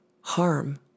harm